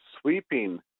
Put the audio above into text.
sweeping